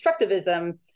constructivism